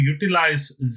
utilize